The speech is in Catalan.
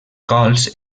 cols